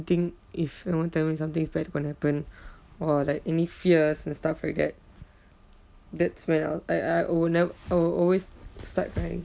anything if someone tell me something bad is going to happen or like any fears and stuff like that that's when I'll I I I would never I would always start crying